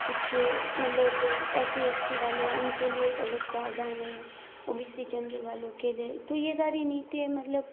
कुछ मतलब ऐसी एस टी वाले उनके लिए एक अलग प्रावधान है ओ बी सी जनरल वालों के लिए तो ये सारी नीतियाँ मतलब